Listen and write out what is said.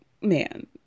man